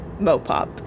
Mopop